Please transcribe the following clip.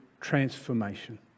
transformation